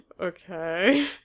Okay